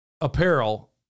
apparel